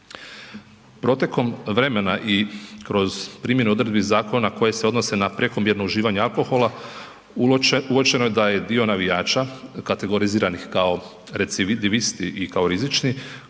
Protekom vremena i kroz primjenu odredbi zakona koje se odnose na prekomjerno uživanje alkohola uočeno je da je dio navijača kategoriziranih kao recidivisti i kao rizični